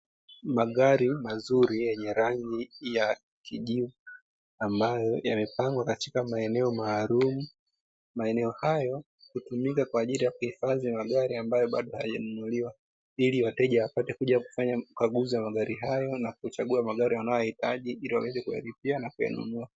Magari mazuri yenye rangi ya kijivu, ambayo yamepangwa katika maeneo maalumu, maeneo hayo hutumika kwa ajili ya kuhifadhi magari ambayo bado hayajanunuliwa, ili wateja wapate kuja kufanya ukaguzi wa magari hayo na kuchagua magari wanayohitaji ili waweze kuyalipia na kuyanunua.